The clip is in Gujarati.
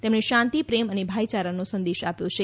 તેમણે શાતિ પ્રેમ અને ભાઇયારાનો સંદેશ આપ્યો છે